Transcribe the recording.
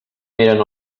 miren